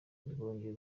rwongeye